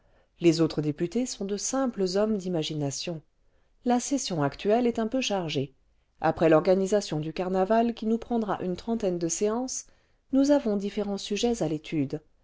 les autres députés sont de simples hommes d'imagination la session actuelle est un peu chargée après l'organisation du carnaval qui nous prendra une trentaine de séances nous avons différents sujets à l'étude